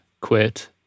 quit